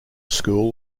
school